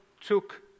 took